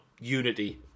unity